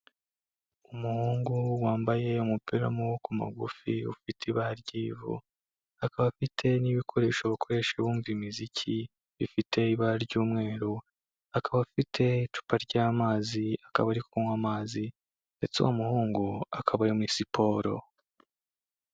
Umuhungu wambaye umupira w'amaboko magufi, ufite ibara ry'ivu, akaba afite n'ibikoresho bakoresha bumva imiziki bifite ibara ry'umweru, akaba afite icupa ry'amazi, akaba ari kunywa amazi ndetse uwo muhungu akaba ari muri siporo.